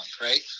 right